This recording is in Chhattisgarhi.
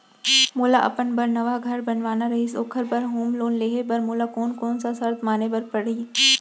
मोला अपन बर नवा घर बनवाना रहिस ओखर बर होम लोन लेहे बर मोला कोन कोन सा शर्त माने बर पड़ही?